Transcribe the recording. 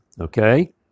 okay